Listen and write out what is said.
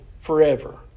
forever